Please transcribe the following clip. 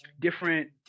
different